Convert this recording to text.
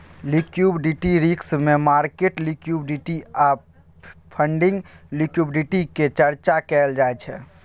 liquidity risk मे market liquidity आ funding liquidity के चर्चा कएल जाइ छै